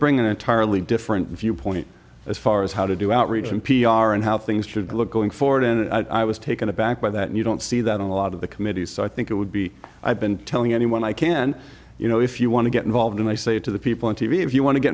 bring an entirely different viewpoint as far as how to do outreach in p r and how things should look going forward and i was taken aback by that and you don't see that on a lot of the committees so i think it would be i've been telling anyone i can you know if you want to get involved and i say to the people on t v if you want to get